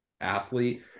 athlete